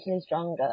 stronger